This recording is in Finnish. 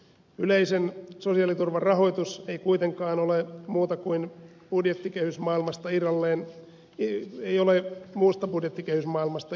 yleisen sosiaaliturvan rahoitus ei kuitenkaan ole muuta kuin budjettikehys maailmasta irralleen ei ei ole muusta budjettikehysmaailmasta irrallinen saari